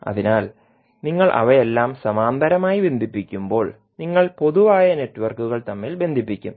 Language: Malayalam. അതിനാൽ നിങ്ങൾ അവയെല്ലാം സമാന്തരമായി ബന്ധിപ്പിക്കുമ്പോൾ നിങ്ങൾ പൊതുവായ നെറ്റ്വർക്കുകൾ തമ്മിൽ ബന്ധിപ്പിക്കും